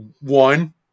One